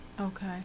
Okay